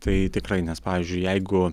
tai tikrai nes pavyzdžiui jeigu